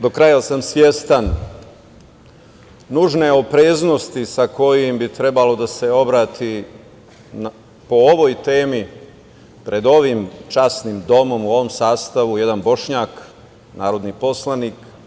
Do kraja sam svestan nužne opreznosti sa kojim bi trebalo da se obrati po ovoj temi, pred ovim časnim domom u ovom sastavu jedan Bošnjak, narodni poslanik.